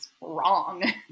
wrong